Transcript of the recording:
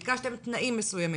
ביקשתם תנאים מסוימים.